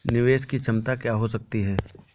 निवेश की क्षमता क्या हो सकती है?